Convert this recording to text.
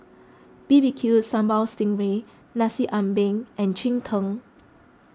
B B Q Sambal Sting Ray Nasi Ambeng and Cheng Tng